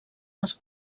les